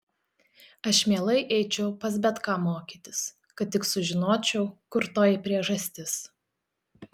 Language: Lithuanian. aš mielai eičiau pas bet ką mokytis kad tik sužinočiau kur toji priežastis